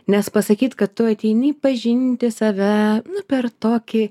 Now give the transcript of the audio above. nes pasakyt kad tu ateini pažinti save per tokį